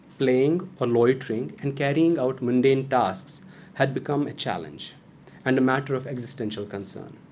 playing or loitering, and carrying out mundane tasks had become a challenge and a matter of existential concern.